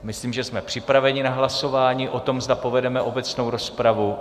Myslím, že jsme připraveni na hlasování o tom, zda povedeme obecnou rozpravu.